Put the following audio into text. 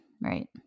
Right